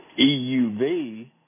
EUV